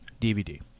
DVD